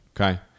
okay